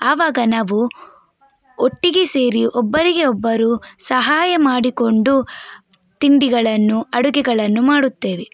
ಆವಾಗ ನಾವು ಒಟ್ಟಿಗೆ ಸೇರಿ ಒಬ್ಬರಿಗೆ ಒಬ್ಬರು ಸಹಾಯ ಮಾಡಿಕೊಂಡು ತಿಂಡಿಗಳನ್ನು ಅಡುಗೆಗಳನ್ನು ಮಾಡುತ್ತೇವೆ